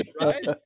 right